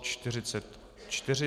44.